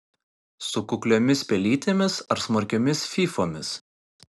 su kukliomis pelytėmis ar smarkiomis fyfomis